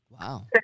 Wow